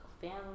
family